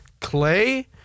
Clay